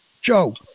Joe